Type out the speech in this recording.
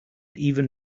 even